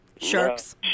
Sharks